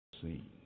seen